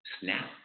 SNAP